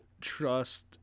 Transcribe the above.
trust